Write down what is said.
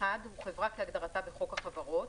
הוא חברה כהגדרתה בחוק החברות,